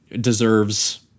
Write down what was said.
deserves